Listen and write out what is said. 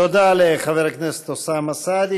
תודה לחבר הכנסת אוסאמה סעדי.